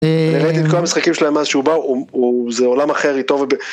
נהניתי את כל המשחקים שלהם אז שהוא בא, זה עולם אחר, היא טובה ב...